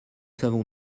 savons